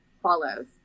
follows